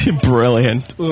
Brilliant